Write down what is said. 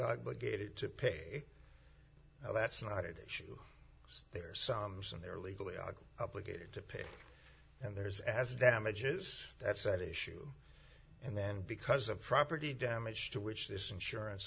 obligated to pay that's not it issue there are some some there legally obligated to pay and there's as damages that's at issue and then because of property damage to which this insurance